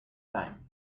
time